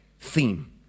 theme